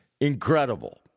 incredible